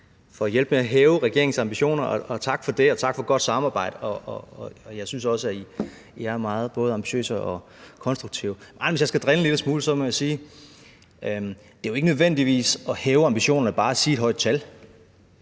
for at hjælpe med at hæve regeringens ambitioner, og tak for det, og også tak for et godt samarbejde. Jeg synes også, at I er meget både ambitiøse og konstruktive. Men hvis jeg skal drille en lille smule, må jeg sige, at det jo ikke nødvendigvis er at hæve ambitionerne bare at sige et højt tal,